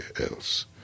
else